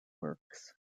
works